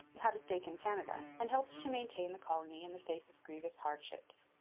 had a stake in canada and helped to maintain the colony in the face of grievous hardships.